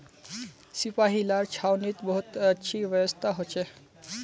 सिपाहि लार छावनीत बहुत अच्छी व्यवस्था हो छे